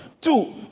two